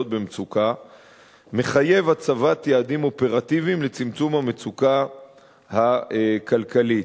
במצוקה מחייב הצבת יעדים אופרטיביים לצמצום המצוקה הכלכלית.